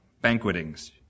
banquetings